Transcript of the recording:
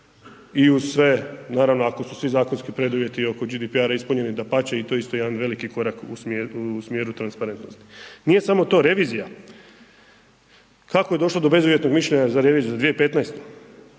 i uz sve naravno ako su svi zakonski preduvjeti oko GDPR-a ispunjenim, dapače, to je isto jedan od veliki korak u smjeru transparentnosti. Nije samo to, revizija. Kako je došlo do bezuvjetnog mišljenja za reviziju, za 2015.?